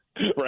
Right